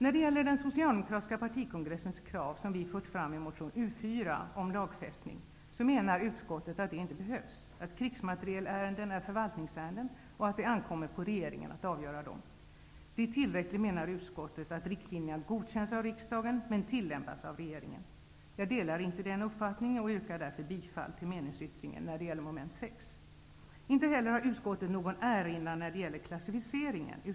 När det gäller den socialdemokratiska partikongressens krav om lagfästning, som vi har fört fram i motion U4, menar utskottet att det inte behövs, att krigsmaterielärenden är förvaltningsärenden och att det ankommer på regeringen att avgöra dem. Utskottet anser det vara tillräckligt att riktlinjerna godkänns av riksdagen, men tillämpas av regeringen. Jag delar inte den uppfattningen och yrkar därför bifall till meningsyttringen när det gäller mom. 6. Inte heller har utskottet någon erinran när det gäller klassificeringen.